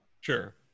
Sure